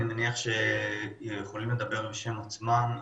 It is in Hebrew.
אני מניח שהם יכולים לדבר בשם עצמם,